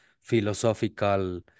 philosophical